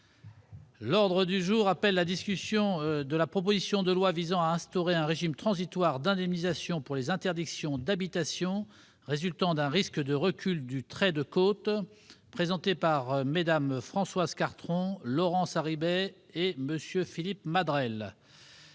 groupe socialiste et républicain, de la proposition de loi visant à instaurer un régime transitoire d'indemnisation pour les interdictions d'habitation résultant d'un risque de recul du trait de côte, présentée par Mmes Françoise Cartron et Laurence Harribey et par M. Philippe Madrelle